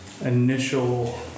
initial